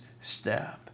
step